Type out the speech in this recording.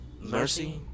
mercy